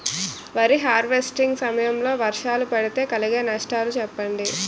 వరి హార్వెస్టింగ్ సమయం లో వర్షాలు పడితే కలిగే నష్టాలు చెప్పండి?